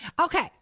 Okay